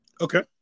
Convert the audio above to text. Okay